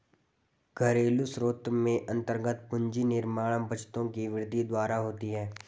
घरेलू स्रोत में अन्तर्गत पूंजी निर्माण बचतों की वृद्धि द्वारा होती है